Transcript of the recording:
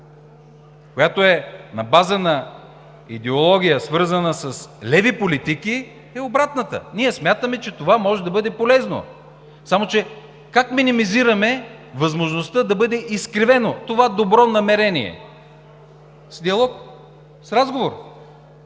която е на базата на идеология, свързана с леви политики, е обратната – ние смятаме, че това ще бъде полезно. Само че как минимизираме възможността да бъде изкривено това добро намерение? С диалог, с разговор.